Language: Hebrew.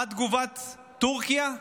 מה תגובת טורקיה?